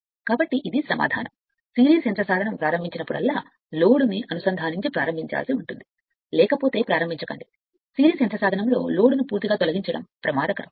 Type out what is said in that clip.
కాబట్టి దీని అర్థం సిరీస్ యంత్ర సాధనము ప్రారంభించినప్పుడల్లా కనెక్ట్ చేసే నోలోడ్తో ప్రారంభించాల్సి ఉంటుంది లేకపోతే ప్రారంభించండి సిరీస్ యంత్ర సాధనము కోసం లోడ్ను పూర్తిగా తొలగించడం ప్రమాదకరం